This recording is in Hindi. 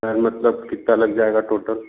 सर मतलब कितना लग जाएगा टोटल